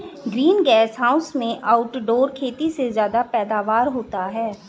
green gas house में outdoor खेती से ज्यादा पैदावार होता है